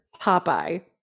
Popeye